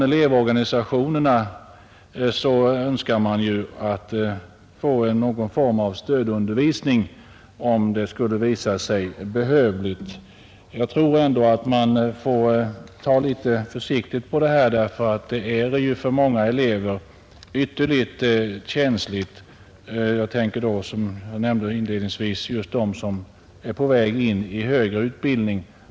Elevorganisationerna önskar också få någon form av stödundervisning, om detta skulle visa sig behövligt. Jag tror att man måste ta litet försiktigt på det här, eftersom det för många elever är ytterligt känsligt — jag tänker då, som jag nämnde inledningsvis, närmast på dem som är på väg in i högre utbildning.